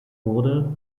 wurde